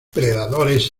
predadores